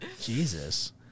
Jesus